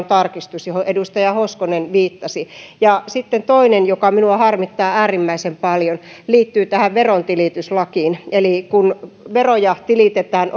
tarkistus johon edustaja hoskonen viittasi sitten toinen asia joka minua harmittaa äärimmäisen paljon liittyy tähän verontilityslakiin eli kun veroja tilitetään